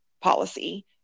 policy